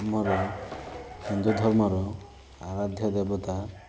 ଆମର ହିନ୍ଦୁ ଧର୍ମର ଆରାଧ୍ୟ ଦେବତା